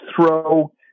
throw